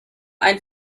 ein